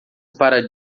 para